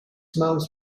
months